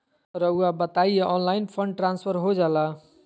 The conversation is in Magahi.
रहुआ बताइए ऑनलाइन फंड ट्रांसफर हो जाला?